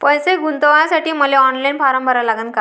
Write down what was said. पैसे गुंतवासाठी मले ऑनलाईन फारम भरा लागन का?